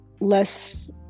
less